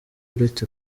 uretse